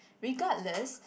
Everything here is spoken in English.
regardless